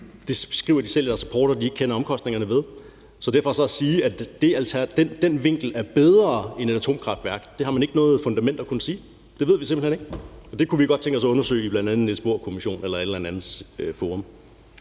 Det skriver de selv i deres rapport at de ikke kender omkostningerne ved. Så det at sige, at den vinkel er bedre end et atomkraftværk, har man ikke noget fundament for. Det ved vi simpelt hen ikke. Det kunne vi godt tænke os at undersøge i bl.a. Niels Bohr-kommissionen eller i et eller andet andet forum.